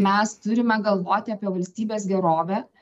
mes turime galvoti apie valstybės gerovę